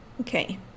Okay